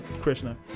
Krishna